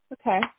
Okay